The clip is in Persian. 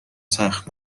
تخت